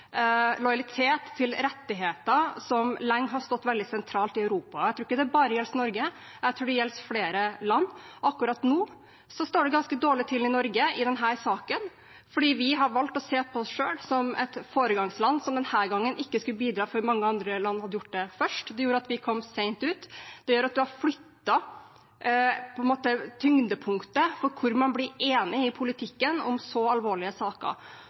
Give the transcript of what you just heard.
lojalitet til rettigheter som lenge har stått veldig sentralt i Europa. Jeg tror ikke det bare gjelder Norge, jeg tror det gjelder flere land. Akkurat nå står det ganske dårlig til i Norge i denne saken fordi vi har valgt å se på oss selv som et foregangsland som denne gangen ikke skulle bidra før mange andre land hadde gjort det først. Det gjorde at vi kom sent ut. Det gjør at man på en måte har flyttet tyngdepunktet for hvor man blir enig i politikken om så alvorlige saker.